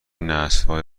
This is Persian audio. نسلهای